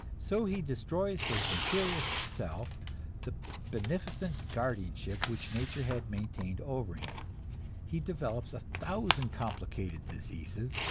so he destroys for his imperious self the beneficent guardianship which nature had maintained over him he develops a thousand complicated diseases,